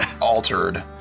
altered